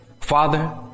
Father